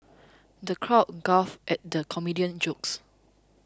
the crowd guffawed at the comedian's jokes